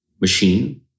machine